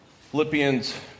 Philippians